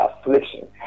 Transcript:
affliction